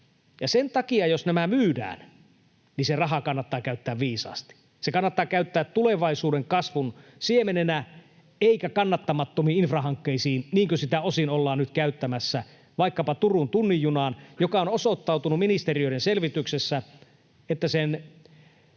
sen takia, jos nämä myydään, se raha kannattaa käyttää viisaasti. Se kannattaa käyttää tulevaisuuden kasvun siemenenä eikä kannattamattomiin infrahankkeisiin, niin kuin sitä osin ollaan nyt käyttämässä vaikkapa Turun tunnin junaan, kun on osoittautunut ministeriöiden selvityksessä, että sen